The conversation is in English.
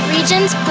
Regions